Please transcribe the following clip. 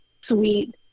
sweet